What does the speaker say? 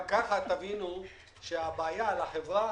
גם כך תבינו שהבעיה לחברה,